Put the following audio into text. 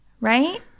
Right